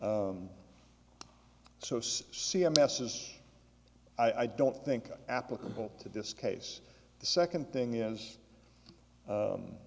c m s is i don't think applicable to this case the second thing is